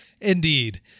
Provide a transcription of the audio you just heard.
Indeed